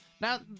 Now